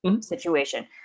situation